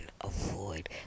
avoid